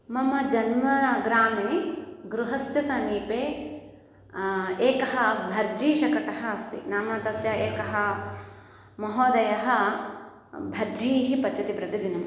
मम जन्म ग्रामे गृहस्य समीपे एकः भर्जी शकटः अस्ति नाम तस्य एकः महोदयः भर्जीः पचति प्रतिदिनम्